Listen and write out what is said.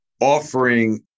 offering